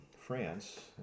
France